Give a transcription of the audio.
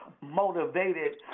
Motivated